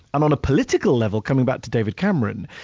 um on a political level, coming back to david cameron,